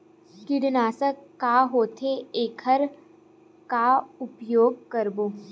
कीटनाशक का होथे एखर का उपयोग करबो?